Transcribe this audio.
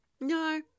No